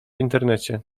internecie